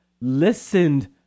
listened